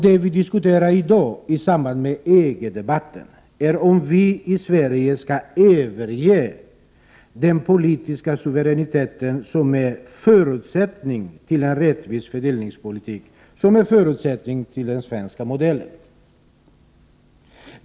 Det vi diskuterar i dag, i samband med EG-debatten, är om vi i Sverige skall överge den politiska suveränitet som är förutsättningen för en rättvis fördelningspolitik, för den svenska modellen.